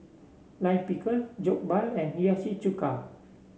Lime Pickle Jokbal and Hiyashi Chuka